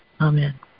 Amen